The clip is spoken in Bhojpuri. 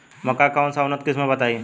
मक्का के कौन सा उन्नत किस्म बा बताई?